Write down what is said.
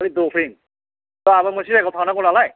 फैद' फै आंहाबो मोनसे जायगायाव थांनागौ नालाय